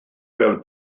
fel